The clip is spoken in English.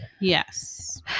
yes